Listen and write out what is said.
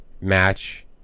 match